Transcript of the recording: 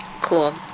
cool